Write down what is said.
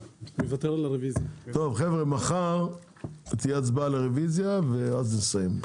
טוב חבר'ה מחר תהיה הצבעה על הרוויזיה ואז נסיים,